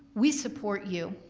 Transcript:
we support you.